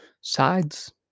sides